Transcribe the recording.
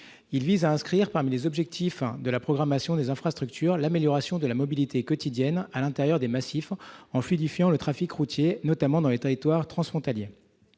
Il vise à inscrire, parmi les objectifs de la programmation des infrastructures, l'amélioration de la mobilité quotidienne à l'intérieur des massifs, en fluidifiant le trafic routier, notamment dans les territoires transfrontaliers.